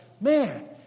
man